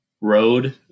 road